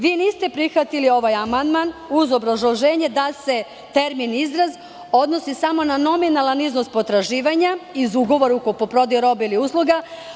Vi niste prihvatili ovaj amandman, uz obrazloženje da se termin: "iznos" odnosi samo na nominalan iznos potraživanja iz ugovora o kupoprodaji roba ili usluga.